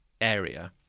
area